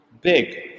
big